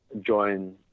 join